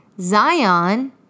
Zion